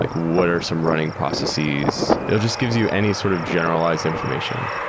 like what are some running processes? it just gives you any sort of generalized information.